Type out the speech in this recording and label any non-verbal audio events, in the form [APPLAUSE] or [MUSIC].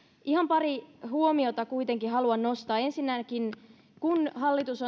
ihan pari huomiota kuitenkin haluan nostaa ensinnäkin kun hallitus [UNINTELLIGIBLE]